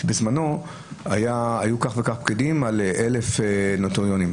בזמנו היו כך וכך פקידים על 1,000 נוטריונים.